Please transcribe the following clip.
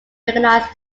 recognized